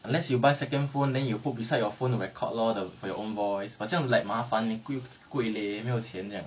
unless you buy second phone then you put beside your phone to record lor for your own voice but 这样 like 麻烦 leh 贵 leh 没有钱这样